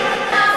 תצא מהפרדיגמה.